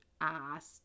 asked